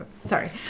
Sorry